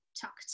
talk